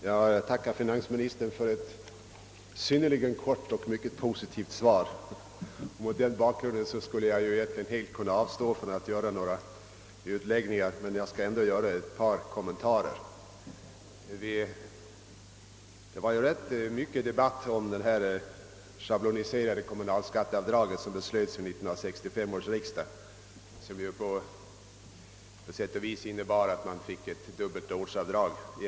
Herr talman! Jag tackar finansministern för ett synnerligen kort och mycket positivt svar. Mot den bakgrunden skulle jag egentligen kunna avstå från alla utläggningar, men jag skall ändå göra ett par kommentarer. Det var ju rätt mycket debatt om detta schabloniserade kommunalskatteavdrag, som beslöts vid 1965 års riksdag. På sätt och vis innebar detta att många medborgare får dubbelt ortsavdrag.